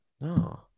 No